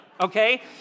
okay